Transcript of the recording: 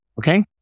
Okay